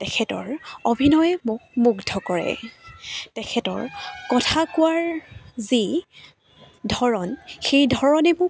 তেখেতৰ অভিনয়ে মোক মুগ্ধ কৰে তেখেতৰ কথা কোৱাৰ যি ধৰণ সেই ধৰণে মোক